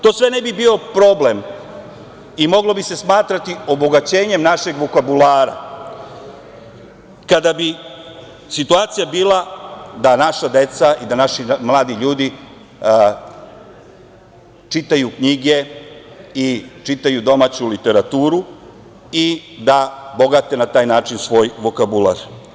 To sve ne bi bio problem i moglo bi se smatrati obogaćenjem našeg vokabulara, kada bi situacija bila da naša deca i da naši mladi ljudi čitaju knjige i čitaju domaću literaturu i da bogate na taj način svoj vokabular.